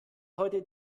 heute